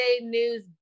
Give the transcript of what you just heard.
news